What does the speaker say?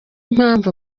impamvu